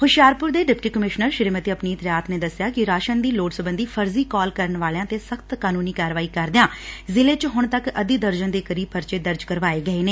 ਹੁਸ਼ਿਆਰਪੁਰ ਦੇ deputy commissioner Shrimati Apneet Riyat ਨੇ ਦੱਸਿਐ ਕਿ ਰਾਸ਼ਨ ਦੀ ਲੋੜ ਸਬੰਧੀ ਫਰਜੀ ਕਾਲ ਕਰਨ ਵਾਲਿਆਂ 'ਤੇ ਸਖਤ ਕਾਨੂੰਨੀ ਕਾਰਵਾਈ ਕਰਦਿਆਂ ਜਿਲ੍ਜੇ 'ਚ ਹੁਣ ਤੱਕ ਅੱਧੀ ਦਰਜਨ ਦੇ ਕਰੀਬ ਪਰਚੇ ਦਰਜ ਕਰਵਾਏ ਗਏ ਨੇ